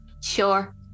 sure